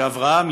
אברהם,